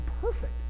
perfect